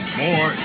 more